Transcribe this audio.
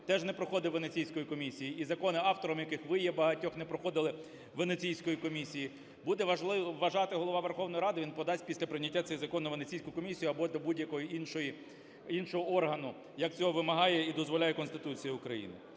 теж не проходив Венеціанську комісію і закони, автором яких ви є багатьох, не проходили Венеціанської комісії. Буде вважати Голова Верховної Ради, він подасть після прийняття цей закон на Венеціанську комісію або до будь-якого іншого органу, як цього вимагає і дозволяє Конституція України.